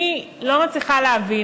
אני לא מצליחה להבין.